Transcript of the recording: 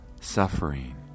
suffering